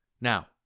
Now